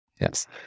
Yes